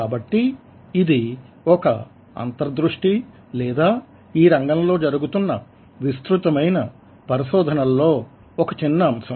కాబట్టి ఇది ఒక అంతర్దృష్టి లెదా ఈ రంగంలో జరుగుతున్న విస్తృతమైన పరిశోధనలలో ఒక చిన్న అంశం